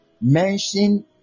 mention